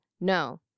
No